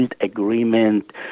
agreement